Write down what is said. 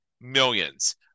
millions